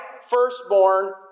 firstborn